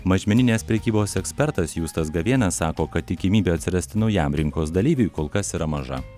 mažmeninės prekybos ekspertas justas gavėnas sako kad tikimybė atsirasti naujam rinkos dalyviui kol kas yra maža